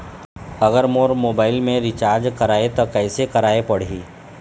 अगर मोर मोबाइल मे रिचार्ज कराए त कैसे कराए पड़ही?